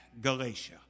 galatia